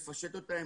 לפשט אותה,